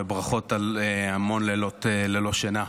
וברכות על המון לילות ללא שינה.